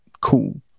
cool